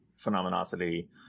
Phenomenosity